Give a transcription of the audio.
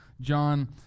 John